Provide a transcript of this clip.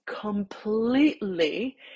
completely